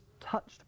touched